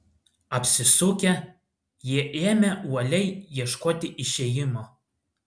apsisukę jie ėmė uoliai ieškoti išėjimo